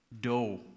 dough